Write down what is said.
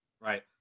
right